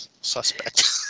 suspect